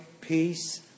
peace